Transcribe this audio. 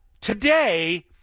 Today